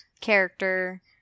character